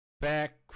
back